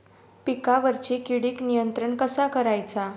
पिकावरची किडीक नियंत्रण कसा करायचा?